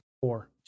four